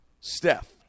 Steph